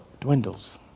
dwindles